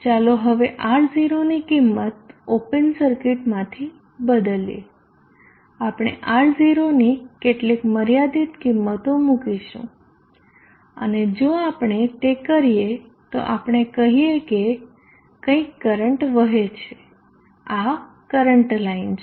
ચાલો હવે R0 ની કિંમત ઓપન સર્કિટમાંથી બદલીએ આપણે R0 ની કેટલીક મર્યાદિત કિંમત મૂકીશું અને જો આપણે તે કરીએ તો આપણે કહીએ કે કઈક કરંટ વહે છે આ કરંટ લાઈન છે